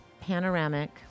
Panoramic